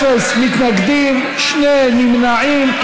אפס מתנגדים, שני נמנעים.